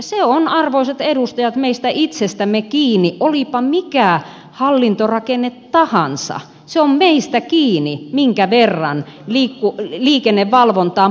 se on arvoisat edustajat meistä itsestämme kiinni olipa mikä hallintorakenne tahansa se on meistä kiinni minkä verran liikennevalvontaan panostetaan